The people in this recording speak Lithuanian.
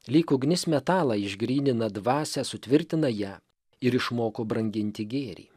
lyg ugnis metalą išgrynina dvasią sutvirtina ją ir išmoko branginti gėrį